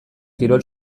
kirol